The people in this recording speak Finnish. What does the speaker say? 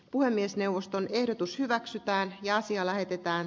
puhemiesneuvoston ehdotus hyväksytään ja asia lähetetään